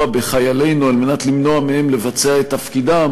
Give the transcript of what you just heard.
בחיילינו כדי למנוע מהם לבצע את תפקידם